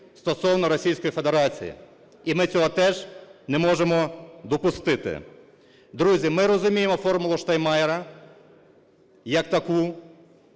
стосовно Російської Федерації. І ми цього теж не можемо допустити. Друзі, ми розуміємо "формулу Штайнмайєра" як таку,